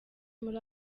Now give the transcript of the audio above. muri